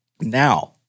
Now